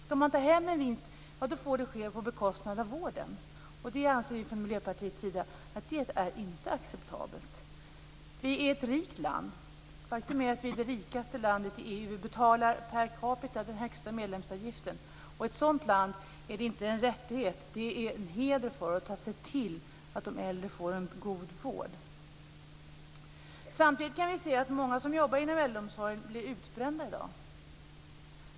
Ska man ta hem en vinst får det ske på bekostnad av vården. Det anser vi från Miljöpartiets sida inte är acceptabelt. Vi är ett rikt land. Faktum är att vi är det rikaste landet i EU. Vi betalar per capita den högsta medlemsavgiften. I ett sådant land är det inte en rättighet, det är en heder att se till att de äldre får en god vård. Samtidigt kan vi se att många som jobbar inom äldreomsorgen blir utbrända i dag.